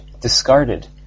discarded